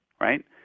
right